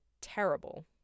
terrible